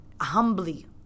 humbly